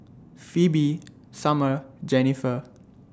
Phebe Sumner Jennifer